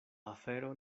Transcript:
afero